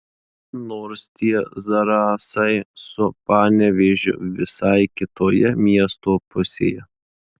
nors tie zarasai su panevėžiu visai kitoje miesto pusėje